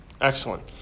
Excellent